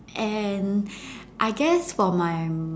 and I guess for my